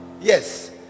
Yes